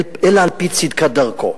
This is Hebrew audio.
אלא על-פי צדקת דרכו.